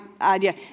idea